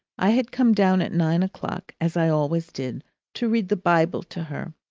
i had come down at nine o'clock as i always did to read the bible to her,